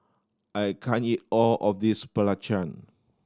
I can't eat all of this belacan